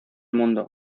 mundo